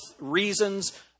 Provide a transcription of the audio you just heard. reasons